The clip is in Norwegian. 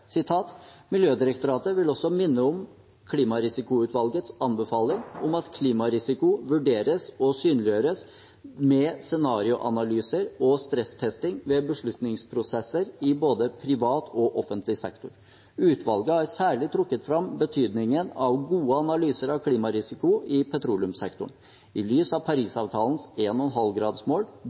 vil også minne om klimarisikoutvalgets anbefaling om at klimarisiko vurderes og synliggjøres med scenarioanalyser og stresstesting ved beslutningsprosesser i både privat og offentlig sektor. Utvalget har særlig trukket frem betydningen av gode analyser av klimarisiko i petroleumssektoren. I lys av Parisavtalens